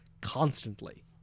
constantly